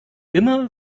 immer